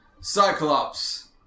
Cyclops